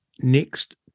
next